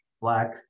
black